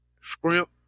Scrimp